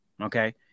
Okay